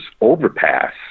overpass